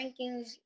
Rankings